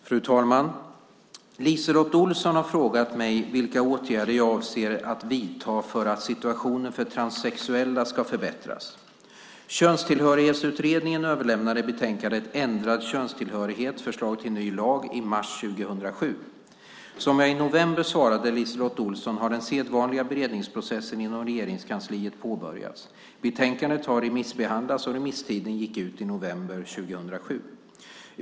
Fru talman! LiseLotte Olsson har frågat mig vilka åtgärder jag avser att vidta för att situationen för transsexuella ska förbättras. Könstillhörighetsutredningen överlämnade betänkandet Ändrad könstillhörighet - förslag till ny lag i mars 2007. Som jag i november svarade LiseLotte Olsson har den sedvanliga beredningsprocessen inom Regeringskansliet påbörjats. Betänkandet har remissbehandlats, och remisstiden gick ut i november 2007.